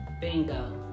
Bingo